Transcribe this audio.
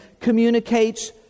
communicates